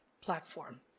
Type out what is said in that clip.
platform